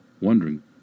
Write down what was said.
wondering